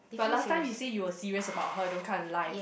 but last time you say you were serious about her don't come and lie